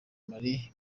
marie